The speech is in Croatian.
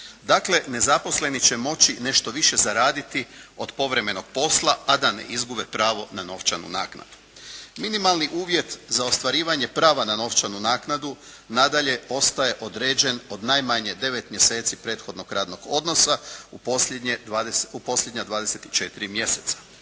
Dakle nezaposleni će moći nešto više zaraditi od povremenog posla a da ne izgube pravo na novčanu naknadu. Minimalni uvjet za ostvarivanje prava na novčanu naknadu nadalje ostaje određen od najmanje 9 mjeseci prethodnog radnog odnosa u posljednje,